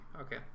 okay